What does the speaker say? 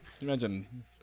imagine